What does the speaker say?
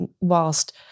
whilst